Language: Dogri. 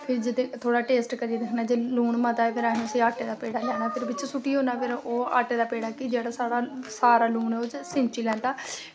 ते थोह्ड़ा टेस्ट चैक करना कि लून ते अगर जादै ते ओह् आटै दा पेड़ा जेह्ड़ा सारा लून ओह् सिंची लैंदा